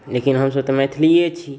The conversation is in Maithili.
लेकिन हमसभ तऽ मैथिलीए छी